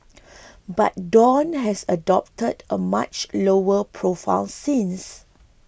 but Dawn has adopted a much lower profile since